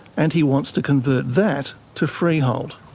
and he wants to convert that to freehold.